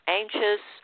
anxious